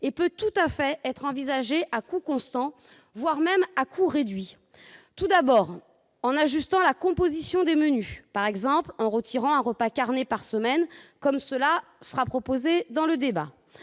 peut tout à fait être envisagée à coût constant, voire à coût réduit. Tout d'abord, on peut ajuster la composition des menus, par exemple en supprimant un repas carné par semaine, comme cela sera proposé au cours du débat.